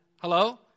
Hello